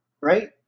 right